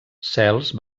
cels